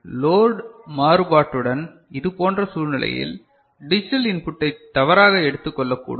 எனவே லோட் மாறுபாட்டுடன் இதுபோன்ற சூழ்நிலையில் டிஜிட்டல் இன்புட்டை தவறாக எடுத்துக் கொள்ளக் கூடும்